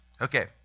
Okay